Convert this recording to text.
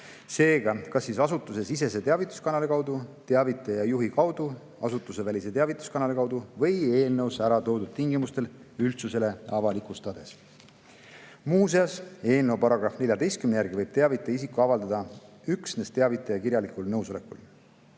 seega kas asutusesisese teavituskanali kaudu, teavitaja juhi kaudu, asutusevälise teavituskanali kaudu või eelnõus ära toodud tingimustel üldsusele avalikustades. Muuseas, eelnõu § 14 järgi võib teavitaja isiku avaldada üksnes teavitaja kirjalikul nõusolekul.